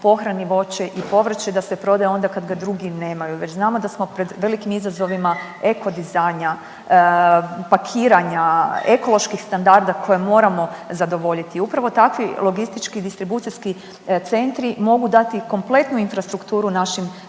pohrani voće i povrće, da se prodaje onda kad ga drugi nemaju već znamo da smo pred velikim izazovima ekodizajna, pakiranja, ekoloških standarda koje moramo zadovoljiti. Upravo takvi logistički distribucijski centri mogu dati kompletnu infrastrukturu našim proizvođačima